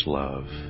love